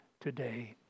today